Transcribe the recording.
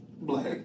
Black